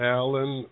Alan